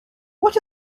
what